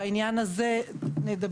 בעניין הזה נדבר.